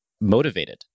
motivated